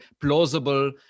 plausible